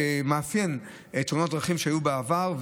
שמאפיינים תאונות דרכים שהיו בעבר,